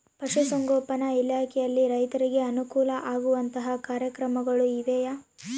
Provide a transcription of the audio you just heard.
ಪಶುಸಂಗೋಪನಾ ಇಲಾಖೆಯಲ್ಲಿ ರೈತರಿಗೆ ಅನುಕೂಲ ಆಗುವಂತಹ ಕಾರ್ಯಕ್ರಮಗಳು ಇವೆಯಾ?